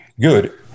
good